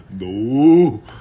No